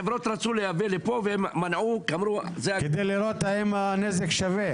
עכשיו החברות רצו לייבא לפה והם מנעו --- כדי לראות האם הנזק שווה.